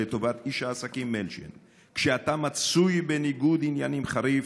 לטובת איש העסקים מילצ'ן כשאתה מצוי בניגוד עניינים חריף